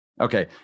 Okay